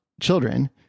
children